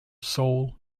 soul